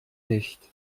nicht